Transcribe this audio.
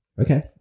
Okay